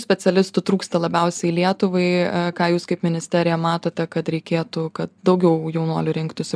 specialistų trūksta labiausiai lietuvai ką jūs kaip ministerija matote kad reikėtų kad daugiau jaunuolių rinktųsi